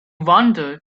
wondered